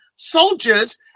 soldiers